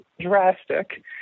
drastic